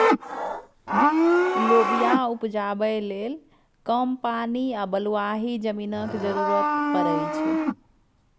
लोबिया उपजाबै लेल कम पानि आ बलुआही जमीनक जरुरत परै छै